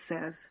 says